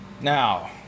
Now